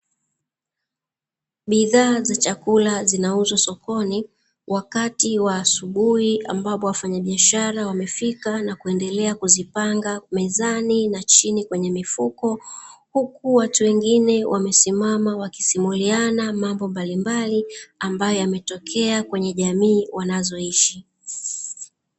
Bidhaa za chakula zinauzwa sokoni wakati wa asubuhi ambapo wafanyabiashara wamefika na kuendelea kuzipanga mezani na chini kwenye mifuko. huku watu wengine wamesimama wakisimuliana mambo mbalimbali ambayo yametokea kwenye jamii wanazoishi.